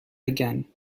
again